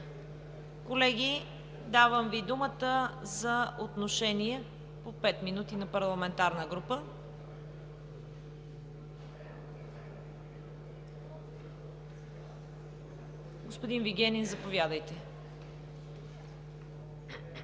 Колеги, давам Ви думата за отношение – по пет минути на парламентарна група. Господин Вигенин, заповядайте.